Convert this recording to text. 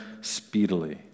speedily